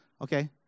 okay